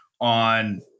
on